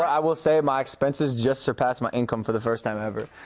i will say my expenses just surpassed my income for the first time ever.